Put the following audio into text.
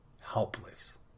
helpless